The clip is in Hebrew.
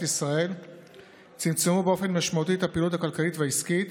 ישראל צמצמו באופן משמעותי את הפעילות הכלכלית והעסקית